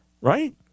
right